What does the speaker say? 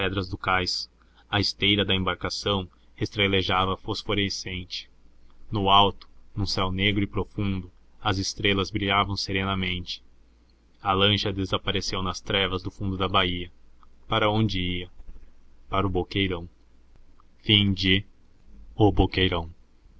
cais a esteira da embarcação estrelejava fosforescente no alto num céu negro e profundo as estrelas brilhavam serenamente a lancha desapareceu nas trevas do fundo da baía para onde ia para o boqueirão